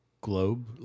globe